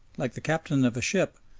like the captain of a ship,